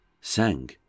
sang